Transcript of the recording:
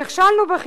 נכשלנו.